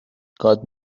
got